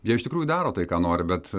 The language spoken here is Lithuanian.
jie iš tikrųjų daro tai ką nori bet